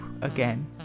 again